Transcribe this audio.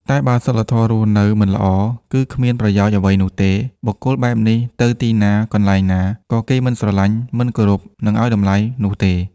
តែបើ សីលធម៌រស់នៅមិនល្អ គឺគ្មានប្រយោជន៍អ្វីនោះទេ បុគ្គលបែបនេះទៅទីណា កន្លែងណា ក៏គេមិនស្រឡាញ់ មិនគោរព និងឱ្យតម្លៃនោះទេ។